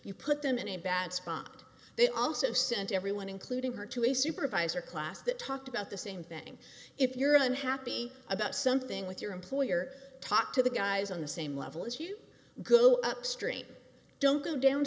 you put them in a bad spot they also sent everyone including her to a supervisor class that talked about the same thing if you're unhappy about something with your employer talk to the guys on the same level as you go upstream don't go down